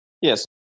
Yes